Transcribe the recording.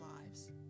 lives